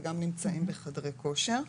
וגם נמצאים בחדרי כושר.